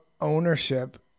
ownership